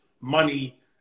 money